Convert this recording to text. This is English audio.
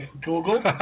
Google